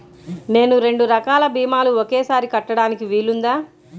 నేను రెండు రకాల భీమాలు ఒకేసారి కట్టడానికి వీలుందా?